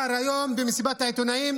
היום במסיבת העיתונאים